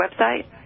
website